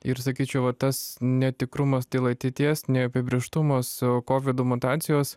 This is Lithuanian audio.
ir sakyčiau va tas netikrumas dėl ateities neapibrėžtumas kovido mutacijos